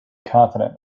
confident